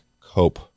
cope